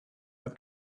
that